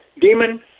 demon